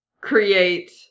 create